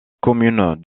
commune